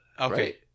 Okay